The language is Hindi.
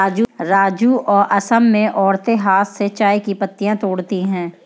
राजू असम में औरतें हाथ से चाय की पत्तियां तोड़ती है